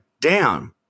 down